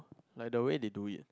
like the way they do it